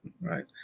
Right